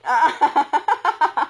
a'ah